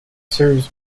serves